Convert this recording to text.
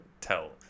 tell